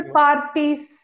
parties